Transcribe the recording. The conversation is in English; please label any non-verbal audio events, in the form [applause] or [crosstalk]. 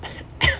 [coughs]